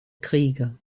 kriege